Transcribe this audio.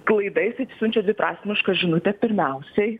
klaida jis taip siunčia dviprasmišką žinutę pirmiausiai